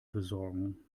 besorgen